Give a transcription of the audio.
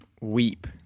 Weep